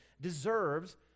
deserves